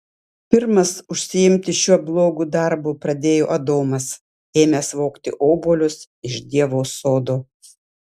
pirmas užsiimti šiuo blogu darbu pradėjo adomas ėmęs vogti obuolius iš dievo sodo